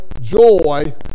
joy